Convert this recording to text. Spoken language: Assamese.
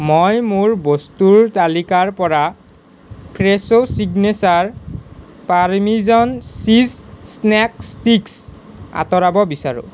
মই মোৰ বস্তুৰ তালিকাৰ পৰা Fresho signature parmesan cheese snacks sticks আঁতৰাব বিচাৰোঁ